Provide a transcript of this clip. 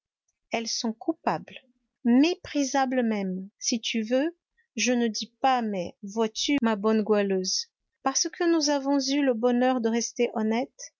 elles sont coupables méprisables même si tu veux je ne dis pas mais vois-tu ma bonne goualeuse parce que nous avons eu le bonheur de rester honnêtes